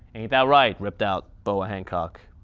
that right, ripped out boa hancock?